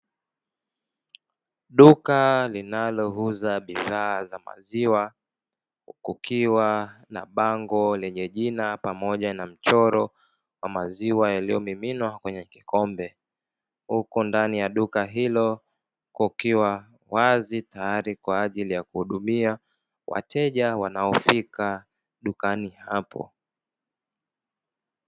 Duka linalouza bidhaa za maziwa kukiwa na bango lenye jina pamoja na mchoro wa maziwa yaliyomiminwa kwenye kikombe, huku ndani ya duka hilo kukiwa wazi tayari kwa ajili ya kuhudumia wateja wanaofika dukani hapo.